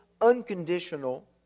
unconditional